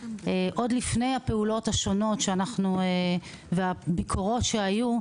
עוד לפני הפעולות השונות והביקורות שהיו,